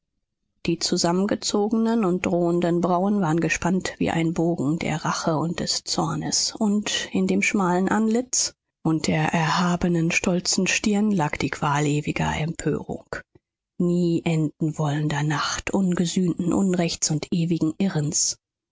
die zusammengezogenen und drohenden brauen waren gespannt wie ein bogen der rache und des zornes und in dem schmalen antlitz und der erhabenen stolzen stirn lag die qual ewiger empörung nie endenwollender nacht ungesühnten unrechts und ewigen irrens